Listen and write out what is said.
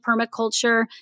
permaculture